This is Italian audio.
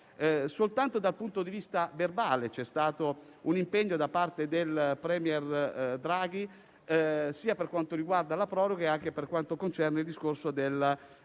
Soltanto da un punto di vista verbale c'è stato un impegno da parte del *premier* Draghi sia per quanto riguarda la proroga sia per quanto concerne il discorso della